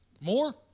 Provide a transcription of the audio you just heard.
More